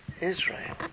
Israel